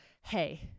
hey